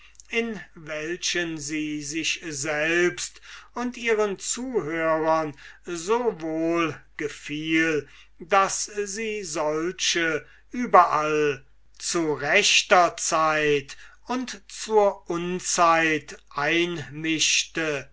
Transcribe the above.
in denen sie sich selbst und ihren zuhörern so wohl gefiel daß sie solche überall zu rechter zeit und zur unzeit einmischte